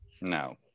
No